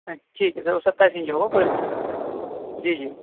ٹھیک ہے سر وہ ستائیس انچی ہوگا کوئی جی جی